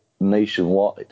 nationwide